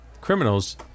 criminals